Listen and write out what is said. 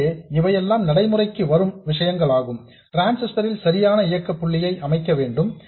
எனவே இவையெல்லாம் நடைமுறைக்கு வரும் விஷயங்களாகும் டிரான்சிஸ்டர் ல் சரியான இயக்க புள்ளியை அமைக்க வேண்டும்